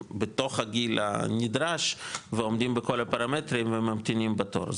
בתוך הגיל הנדרש ועומדים בכל הפרמטרים וממתינים בתור,